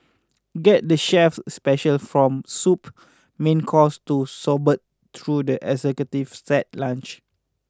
get the chef's special from soup main course to sorbets through the executive set lunch